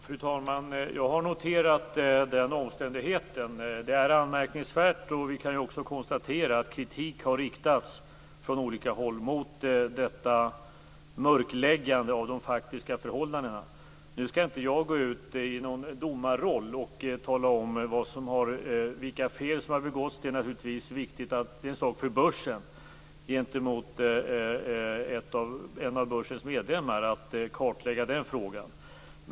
Fru talman! Jag har noterat denna omständighet, som är anmärkningsvärd. Vi kan också konstatera att kritik har riktats från olika håll mot detta mörkläggande av de faktiska förhållandena. Men nu skall inte jag ta på mig någon domarroll och tala om vilka fel som har begåtts. Att kartlägga den frågan är en sak för börsen och en av börsens medlemmar.